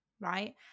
right